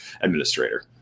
administrator